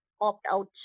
opt-out